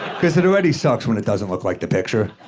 cause it already sucks when it doesn't look like the picture.